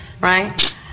right